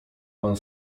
pan